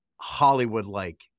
Hollywood-like